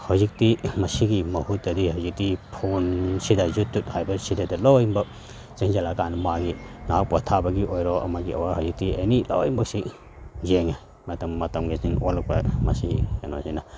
ꯍꯧꯖꯤꯛꯇꯤ ꯃꯁꯤꯒꯤ ꯃꯍꯨꯠꯇꯗꯤ ꯍꯧꯖꯤꯛꯇꯤ ꯐꯣꯟꯁꯤꯗ ꯌꯨꯇꯨꯞ ꯍꯥꯏꯕꯁꯤꯗ ꯂꯣꯏꯃꯛ ꯆꯪꯁꯤꯜꯂ ꯀꯥꯟꯗ ꯃꯥꯒꯤ ꯉꯥꯏꯍꯥꯛ ꯄꯣꯊꯕꯒꯤ ꯑꯣꯏꯔꯣ ꯑꯃꯒꯤ ꯑꯣꯏꯔꯣ ꯍꯧꯖꯤꯛꯇꯤ ꯑꯦꯅꯤ ꯂꯣꯏꯃꯛꯁꯤ ꯌꯦꯡꯉꯦ ꯃꯇꯝ ꯃꯇꯝꯒꯤ ꯆꯤꯡꯒꯣꯜ ꯂꯨꯀꯣꯏ ꯃꯁꯤ ꯀꯩꯅꯣꯁꯤꯅ